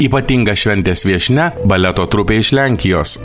ypatinga šventės viešnia baleto trupė iš lenkijos